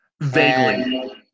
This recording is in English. Vaguely